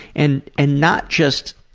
and and not just